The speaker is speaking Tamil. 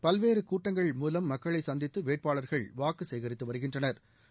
பல்வறே கூட்டங்கள் மூலம் மக்களை சந்தித்து வேட்பாளர்கள் வாக்கு சேகித்து வருகின்றனா்